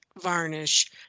varnish